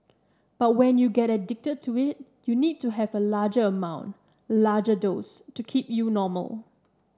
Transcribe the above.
but when you get addicted to it you need to have a larger amount larger dose to keep you normal